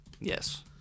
Yes